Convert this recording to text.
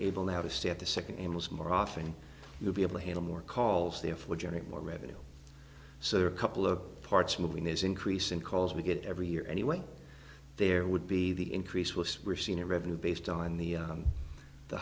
able now to stay at the second and was more often you'll be able to handle more calls therefore generate more revenue so there are a couple of parts moving this increase in calls we get every year anyway there would be the increase was we're seeing a revenue based on the